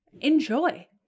enjoy